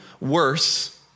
worse